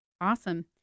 Awesome